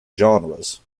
genres